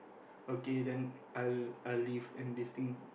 okay then I'll I'll leave and this thing